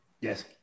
Yes